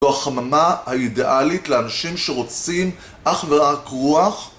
זו החממה האידיאלית לאנשים שרוצים אך ורק רוח